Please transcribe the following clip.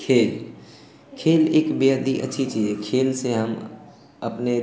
खेल खेल एक बेहद ही अच्छी चीज़ है खेल से हम अपने